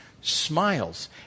smiles